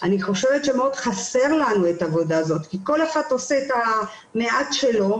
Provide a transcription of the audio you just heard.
אני חושבת שמאוד חסרה לנו העבודה הזאת כי כל אחד עושה את המעט שלו,